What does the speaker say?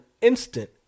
instant